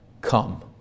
Come